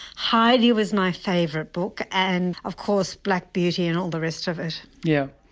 heidi was my favourite book, and of course black beauty and all the rest of it. yeah